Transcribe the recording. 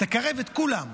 תקרב את כולם.